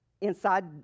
inside